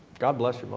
god bless your mom.